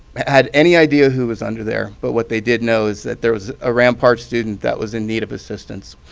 had any idea who was under there. but what they did know is that there was a rampart student that was in need of assistance.